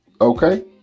Okay